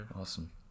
Awesome